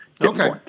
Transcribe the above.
Okay